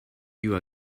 you